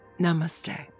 Namaste